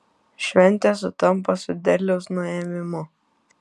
šventė sutampa su derliaus nuėmimu